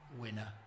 winner